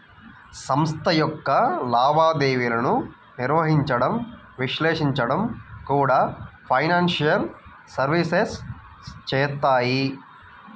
సంస్థ యొక్క లావాదేవీలను నిర్వహించడం, విశ్లేషించడం కూడా ఫైనాన్షియల్ సర్వీసెస్ చేత్తాయి